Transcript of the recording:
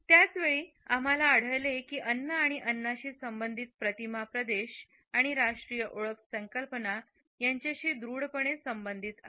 त्याच वेळी आम्हाला आढळले की अन्न आणि अन्नाशी संबंधित प्रतिमा प्रदेश आणि राष्ट्रीय ओळख संकल्पना याच्याशी दृढपणे संबंधित आहेत